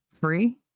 Free